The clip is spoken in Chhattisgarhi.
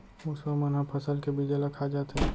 मुसवा मन ह फसल के बीजा ल खा जाथे